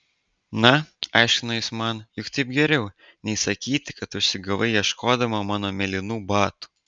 na aiškino jis man juk taip geriau nei sakyti kad užsigavai ieškodama mano mėlynų batų